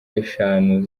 eshatu